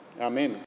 Amen